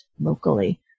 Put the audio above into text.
locally